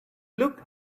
looked